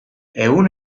ehun